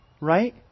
right